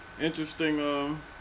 interesting